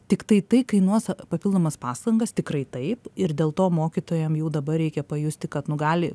tiktai tai kainuos papildomas pastangas tikrai taip ir dėl to mokytojam jau dabar reikia pajusti kad nu gali